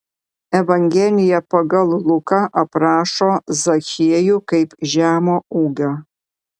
evangelija pagal luką aprašo zachiejų kaip žemo ūgio